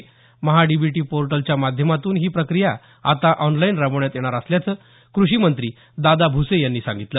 महाडीबीटी पोर्टलच्या माध्यमातून ही प्रक्रिया आता ऑनलाईन राबवण्यात येणार असल्याचं कृषी मंत्री दादा भुसे यांनी सांगितलं